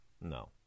No